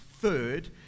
third